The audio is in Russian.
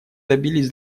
добились